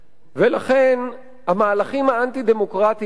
ולכן המהלכים האנטי-דמוקרטיים האלה,